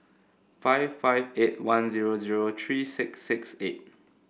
five five eight one zero zero three six six eight